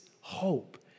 hope